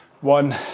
one